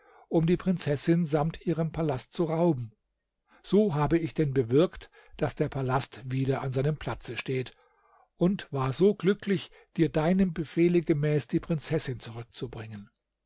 um die prinzessin samt ihrem palast zu rauben so habe ich denn bewirkt daß der palast wieder an seinem platze steht und war so glücklich dir deinem befehle gemäß die prinzessin zurückzubringen